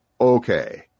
Okay